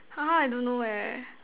!huh! I don't know eh